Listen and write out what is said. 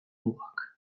mugak